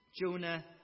Jonah